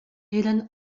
eren